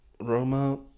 Roma